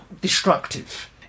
destructive